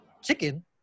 Chicken